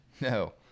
No